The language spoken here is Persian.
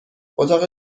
اتاق